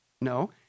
No